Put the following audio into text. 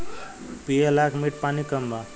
पिए लायक मीठ पानी कम बा